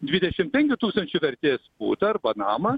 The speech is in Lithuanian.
dvidešimt penkių tūkstančių vertės butą arba namą